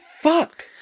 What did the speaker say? fuck